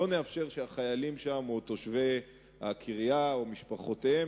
שלא נאפשר שהחיילים או תושבי הקריה או משפחותיהם